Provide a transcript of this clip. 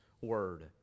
word